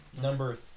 Number